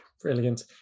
brilliant